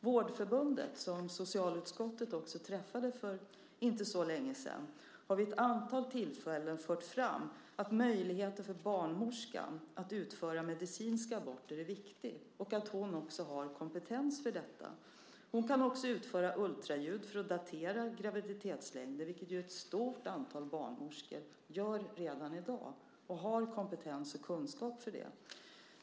Vårdförbundet, som socialutskottet träffade för inte så länge sedan, har vid ett antal tillfällen fört fram att möjligheten för barnmorskan att utföra medicinska aborter är viktig och att hon också har kompetens för detta. Hon kan också utföra ultraljudsundersökningar för att datera graviditetslängder, vilket ett stort antal barnmorskor gör redan i dag och har kompetens och kunskap för.